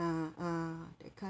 ah ah that kind